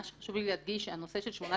מה שחשוב לי להדגיש, הנושא של 18